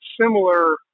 similar